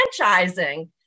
franchising